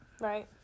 right